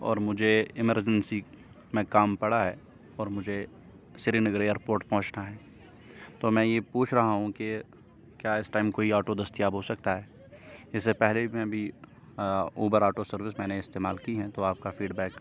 اور مجھے ایمرجنسی میں کام پڑا ہے اور مجھے سری نگر ایئرپوٹ پہنچنا ہے تو میں یہ پوچھ رہا ہوں کہ کیا اس ٹائم کوئی آٹو دستیاب ہو سکتا ہے اس سے پہلے میں بھی اوبر آٹو سروس میں نے استعمال کی ہیں تو آپ کا فیڈبیک